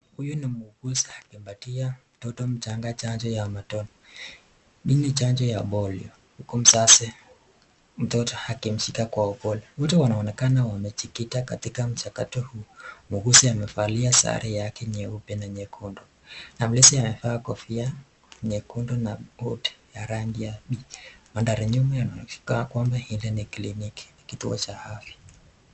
Huyu ni muuguzi akimpatia mtoto mchanga chanjo ya matone. Hii ni chanjo ya polio. Huku mzazi mtoto hakumshika kwa upole. Wote wanaonekana wamejikita katika mchakato huu. Muuguzi amefalia sare yake nyeupe na nyekundu na mlesi amevaa kofia nyekundu na buti ya rangi ya b. Mandhari nyuma inaonekana kwamba hili ni kliniki na kituo cha afya.